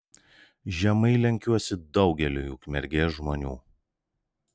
žemai lenkiuosi daugeliui ukmergės žmonių